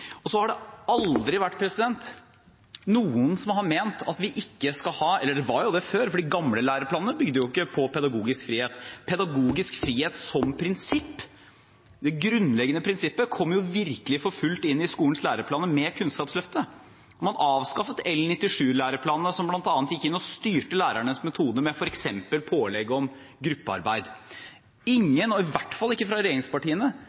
skole? Så har det aldri vært noen som har ment at vi ikke skal ha pedagogisk frihet. Det var jo slik før, for de gamle læreplanene bygde ikke på pedagogisk frihet som prinsipp. Det grunnleggende prinsippet kom for fullt inn i skolens læreplaner med Kunnskapsløftet. Man avskaffet L97-læreplanene, som bl.a. gikk inn og styrte lærernes metoder med f.eks. pålegg om gruppearbeid. Det er ingen, i hvert fall ikke fra regjeringspartiene,